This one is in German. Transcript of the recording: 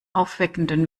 aufweckenden